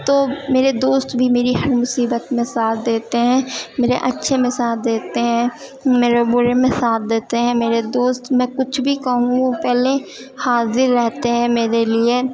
تو میرے دوست بھی میری ہر مصیبت میں ساتھ دیتے ہیں میرے اچھے میں ساتھ دیتے ہیں میرے برے میں ساتھ دیتے ہیں میرے دوست میں کچھ بھی کہوں وہ پہلے حاضر رہتے ہیں میرے لیے